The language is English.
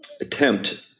attempt